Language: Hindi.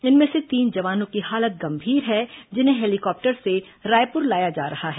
इनमें से तीन जवानों की हालत गंभीर है जिन्हें हेलीकॉप्टर से रायपुर लाया जा रहा है